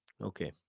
Okay